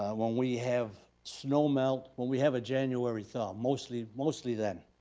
when we have snow melt, when we have a january thaw, mostly mostly then,